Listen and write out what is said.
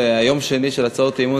יום שני והצעות אי-אמון,